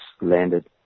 landed